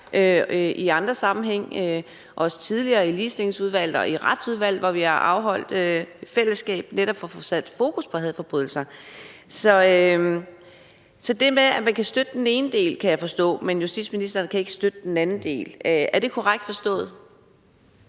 i andre sammenhænge, også i Ligestillingsudvalget og i Retsudvalget, hvor vi har gjort det i fællesskab for netop at få sat fokus på hadforbrydelser. Så man kan støtte den ene del – kan jeg forstå – men justitsministeren kan ikke støtte den anden del. Er det korrekt forstået?